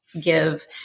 give